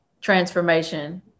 transformation